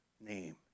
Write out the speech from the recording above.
name